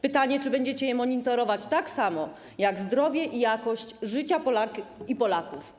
Pytanie, czy będziecie je monitorować tak samo, jak zdrowie i jakość życia Polek i Polaków.